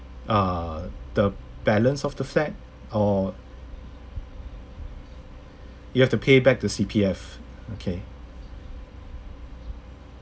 uh the balance of the flat or you have to payback the C_P_F okay